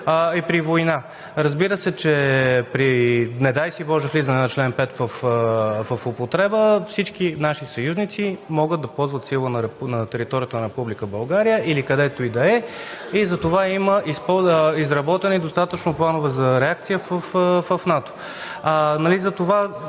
и при война. Разбира се, не дай си боже, при влизане на член 5 в употреба, всички наши съюзници могат да ползват сила на територията на Република България или където и да е. Затова има изработени достатъчно планове за реакция в НАТО.